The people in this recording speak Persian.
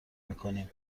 میکنیم